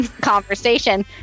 conversation